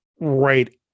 right